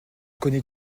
connais